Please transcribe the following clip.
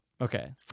Okay